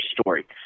story